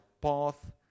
path